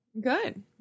Good